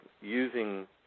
using